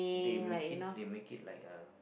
they make it they make it like uh